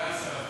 סגן שר הפנים,